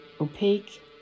opaque